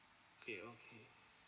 okay okay